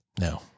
No